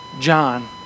John